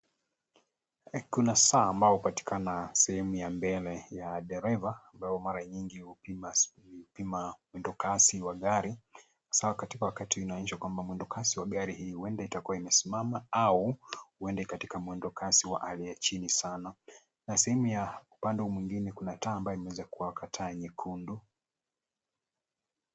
Kuna saa ambayo hupatikana sehemu ya mbele ya dereva ambayo mara nyingi hupima mwendo kasi wa gari hasa wakati unaonyeshwa kwamba mwendo kasi wa gari hii huenda itakua imesimama au huenda iko katika mwendo kasi wa hali ya chini sana. Na sehemu ya upande huu mwingine kuna taa ambayo imeweza kuwaka taa nyekundu.